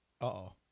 Uh-oh